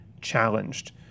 challenged